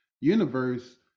universe